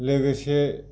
लोगोसे